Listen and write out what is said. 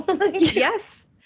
Yes